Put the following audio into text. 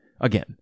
again